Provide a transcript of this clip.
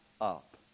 up